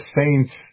saints